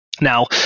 now